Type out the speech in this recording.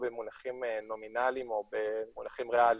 במונחים נומינליים או במונחים ריאליים,